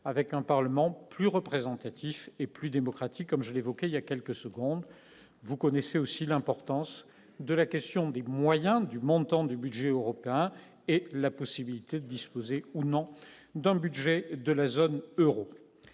avec un Parlement plus représentatif et plus démocratique, comme je l'évoquais il y a quelques secondes vous connaissez aussi l'importance de la question des moyens du montant du budget européen et la possibilité de disposer ou non dans le budget de la zone Euro,